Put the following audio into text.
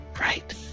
Right